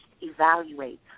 evaluate